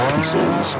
Pieces